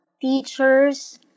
Teachers